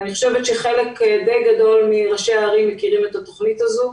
חלק גדול מראשי הערים מכיר את התוכנית הזו.